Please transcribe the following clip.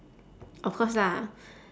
of course lah